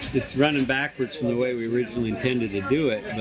it's running backwards from the way we originally intended to do it,